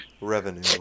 revenue